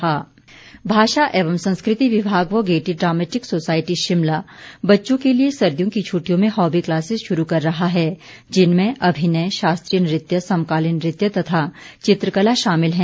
hobby classes भाषा एवं संस्कृति विभाग व गेयटी ड्रोमेटिक सोसायटी शिमला बच्चों के लिए सर्दियों की छटिटयों में हॉबी क्लासिज शुरू कर रहा है जिनमें अभिनय शास्त्रीय नृत्य समकालीन नृत्य तथा चित्रकला शामिल है